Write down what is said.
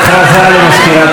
נא לשבת.